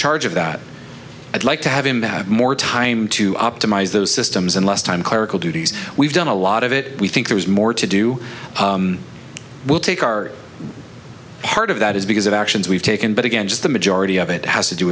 charge of that i'd like to have him have more time to optimize those systems and less time clerical duties we've done a lot of it we think there is more to do we'll take our part of that is because of actions we've taken but again just the majority of it has to do